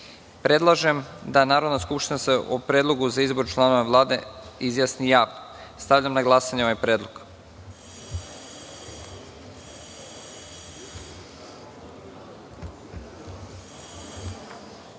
da se Narodna skupština o predlogu za izbor članova Vlade izjasni javno. Stavljam na glasanje ovaj predlog.Za